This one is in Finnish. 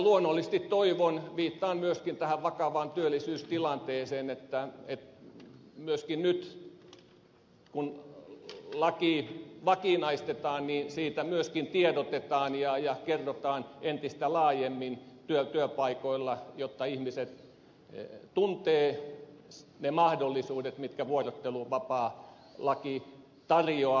luonnollisesti toivon viittaan myöskin tähän vakavaan työllisyystilanteeseen että myöskin nyt kun laki vakinaistetaan niin siitä myöskin tiedotetaan ja kerrotaan entistä laajemmin työpaikoilla jotta ihmiset tuntevat ne mahdollisuudet mitkä vuorotteluvapaalaki tarjoaa